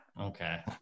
Okay